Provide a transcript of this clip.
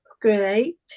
great